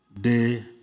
day